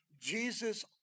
Jesus